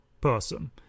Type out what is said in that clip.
person